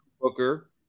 Booker